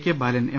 K Balan M